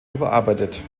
überarbeitet